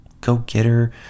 go-getter